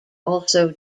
also